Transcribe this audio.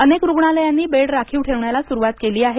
अनेक रुग्णालयांनी बेड राखीव ठेवण्याला सुरुवात केली आहे